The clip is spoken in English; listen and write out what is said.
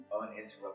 uninterrupted